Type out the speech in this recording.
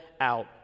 out